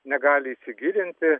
negali įsigilinti